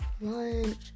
lunch